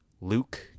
Luke